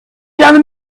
down